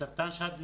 בסרטן שד,